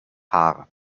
haar